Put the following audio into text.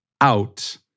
out